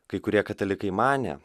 kai kurie katalikai manė